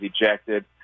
ejected